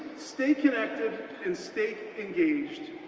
stay connected and stay engaged.